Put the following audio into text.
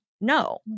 no